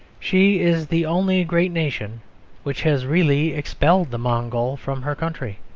she is the only great nation which has really expelled the mongol from her country,